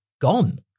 gone